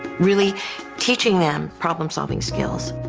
really teaching them problem solving skills.